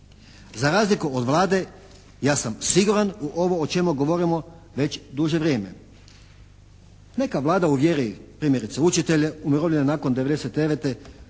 za razliku od Vlade ja sam sigurna u ovo o čemu govorimo već duže vrijeme. Neka Vlada uvjeri primjerice učitelje umirovljene nakon '99. zapravo